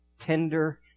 Tender